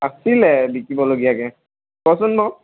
আছিলে বিকিবলগীয়াকৈ কচোন বাৰু